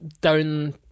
down